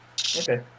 Okay